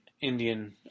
Indian